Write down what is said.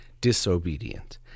disobedient